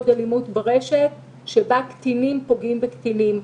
אלימות ברשת שבה קטינים פוגעים בקטינים.